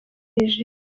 niger